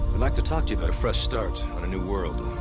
like to talk to you about a fresh start on a new world.